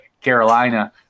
Carolina